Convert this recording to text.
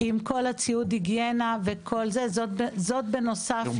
עם כל הציוד היגיינה, זאת בנוסף לכוכבים.